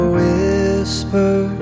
whisper